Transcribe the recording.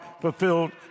fulfilled